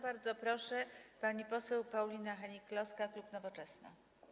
Bardzo proszę, pani poseł Paulina Hennig-Kloska, klub Nowoczesna.